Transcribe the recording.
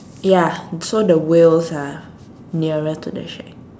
ya so the wheels are nearer to the shack